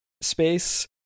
space